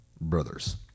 brothers